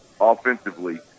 offensively